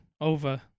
over